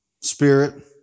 Spirit